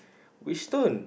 we stone